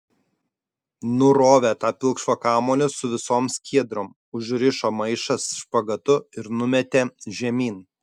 nurovė tą pilkšvą kamuolį su visom skiedrom užrišo maišą špagatu ir numetė žemyn